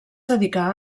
dedicà